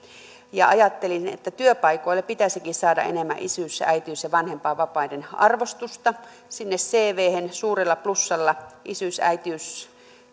ajattelin että työpaikoille pitäisikin saada enemmän isyys ja äitiys ja vanhempainvapaiden arvostusta sinne cvhen suurella plussalla isyys äitiys